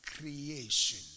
creation